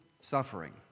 suffering